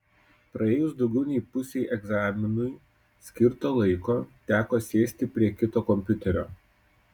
praėjus daugiau nei pusei egzaminui skirto laiko teko sėsti prie kito kompiuterio